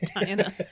diana